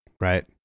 right